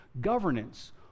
governance